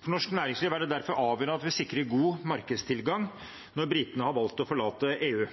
For norsk næringsliv er det derfor avgjørende at vi sikrer god markedstilgang når britene har valgt å forlate EU.